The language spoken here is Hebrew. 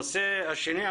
הנושא השני.